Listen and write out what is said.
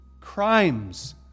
Crimes